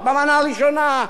במנה הראשונה,